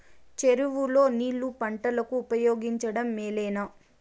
చెరువు లో నీళ్లు పంటలకు ఉపయోగించడం మేలేనా?